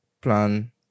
plan